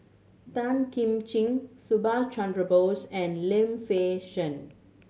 Tan Kim Ching Subhas Chandra Bose and Lim Fei Shen